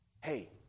Hey